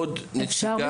עוד נציגה אחת.